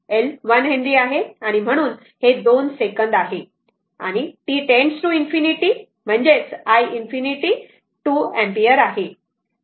म्हणून दोन सेकंद आणि t tends to ∞ t tends to ∞ म्हणजेच i ∞ 2 अँपिअर आहे